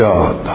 God